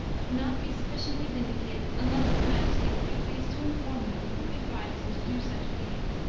could not be sufficiently vindicated, unless his majesty would be pleased to inform them who advised him to do such a deed.